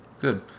Good